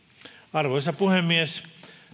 arvoisa puhemies